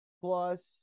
plus